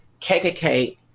kkk